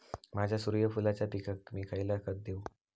माझ्या सूर्यफुलाच्या पिकाक मी खयला खत देवू?